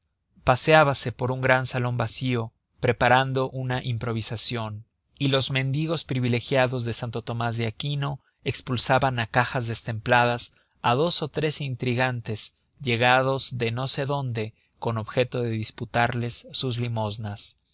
paseábase por un gran salón vacío preparando una improvisación y los mendigos privilegiados de santo tomás de aquino expulsaban a cajas destempladas a dos o tres intrigantes llegados de no sé dónde con objeto de disputarles sus limosnas